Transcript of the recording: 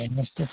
नमस्ते